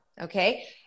Okay